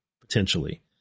potentially